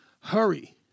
hurry